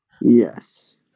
Yes